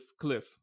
Cliff